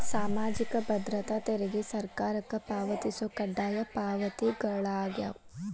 ಸಾಮಾಜಿಕ ಭದ್ರತಾ ತೆರಿಗೆ ಸರ್ಕಾರಕ್ಕ ಪಾವತಿಸೊ ಕಡ್ಡಾಯ ಪಾವತಿಗಳಾಗ್ಯಾವ